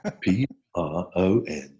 P-R-O-N